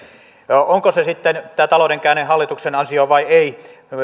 onko se sitten tämä talouden käänne hallituksen ansio vai ei